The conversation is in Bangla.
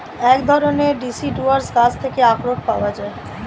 এক ধরণের ডেসিডুয়াস গাছ থেকে আখরোট পাওয়া যায়